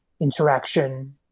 interaction